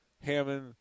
Hammond